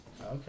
Okay